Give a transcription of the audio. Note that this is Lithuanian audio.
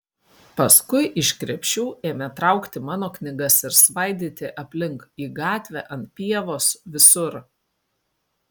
paskui iš krepšių ėmė traukti mano knygas ir svaidyti aplink į gatvę ant pievos visur